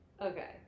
okay